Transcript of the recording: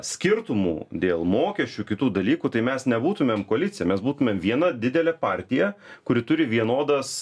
skirtumų dėl mokesčių kitų dalykų tai mes nebūtumėm koalicija mes būtumėm viena didelė partija kuri turi vienodas